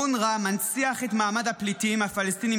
אונר"א מנציח את מעמד הפליטים הפלסטינים